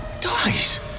dies